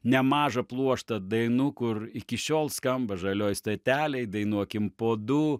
nemažą pluoštą dainų kur iki šiol skamba žalioj stotelėj dainuokim po du